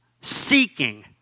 seeking